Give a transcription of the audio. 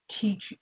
teach